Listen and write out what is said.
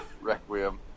Requiem